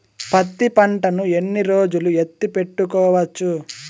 పత్తి పంటను ఎన్ని రోజులు ఎత్తి పెట్టుకోవచ్చు?